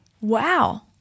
Wow